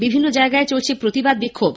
বিভিন্ন জায়গায় চলছে প্রতিবাদ বিক্ষোভ